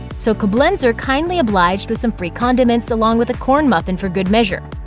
so koblenzer kindly obliged with some free condiments along with a corn muffin for good measure.